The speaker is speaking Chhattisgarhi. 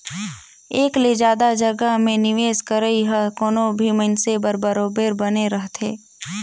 एक ले जादा जगहा में निवेस करई ह कोनो भी मइनसे बर बरोबेर बने रहथे